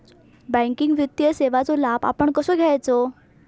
Banking वित्तीय सेवाचो लाभ आपण कसो घेयाचो?